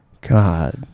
god